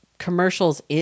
Commercials